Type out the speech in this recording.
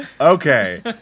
Okay